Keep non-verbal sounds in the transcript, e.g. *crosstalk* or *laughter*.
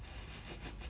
*noise*